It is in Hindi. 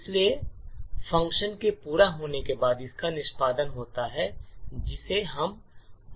इसलिए फ़ंक्शन के पूरा होने के बाद इसका निष्पादन होता है जिसे हम कोड के रूप में देखेंगे